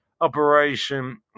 Operation